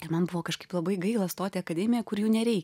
ir man buvo kažkaip labai gaila stoti į akademiją kur jų nereikia